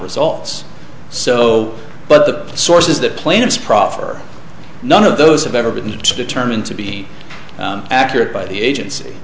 results so but the sources that plaintiff's proffer none of those have ever been determined to be accurate by the agency